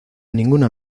ninguna